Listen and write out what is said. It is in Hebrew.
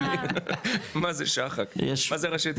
מה זה שחק ראשי תיבות?